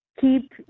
keep